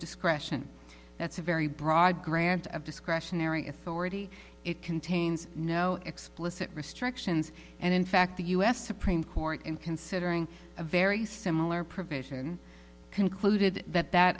discretion that's a very broad grant of discretionary authority it contains no explicit restrictions and in fact the u s supreme court in considering a very similar provision concluded that that